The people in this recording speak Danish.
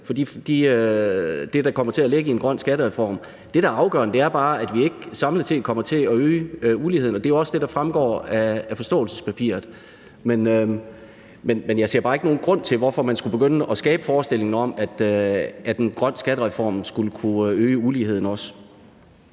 for det, der kommer til at ligge i en grøn skattereform. Det, der er afgørende, er bare, at vi ikke samlet set kommer til at øge uligheden. Og det er jo også det, der fremgår af forståelsespapiret. Men jeg ser bare ikke nogen grund til, hvorfor man skulle begynde at skabe forestillingen om, at en grøn skattereform skulle kunne øge uligheden også.